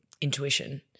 intuition